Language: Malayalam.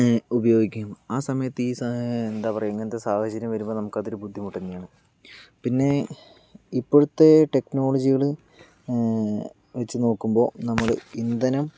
ഉപയോഗിക്കും ആ സമയത്ത് ഈ എന്താ പറയുക ഇങ്ങനത്തെ സാഹചര്യം വരുമ്പോൾ നമുക്കതൊരു ബുദ്ധിമുട്ട് തന്നെയാണ് പിന്നെ ഇപ്പോഴത്തെ ടെക്നോളോജികൾ വച്ച് നോക്കുമ്പോൾ നമ്മൾ ഇന്ധനം